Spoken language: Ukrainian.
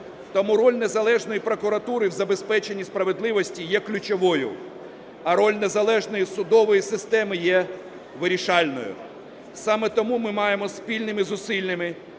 Тому роль незалежної прокуратури в забезпеченні справедливості є ключовою, а роль незалежної судової системи є вирішальної. Саме тому ми маємо спільними зусиллями